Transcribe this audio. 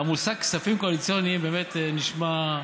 המושג "כספים קואליציוניים" באמת נשמע,